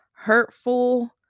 hurtful